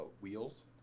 wheels